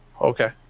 Okay